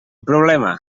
problema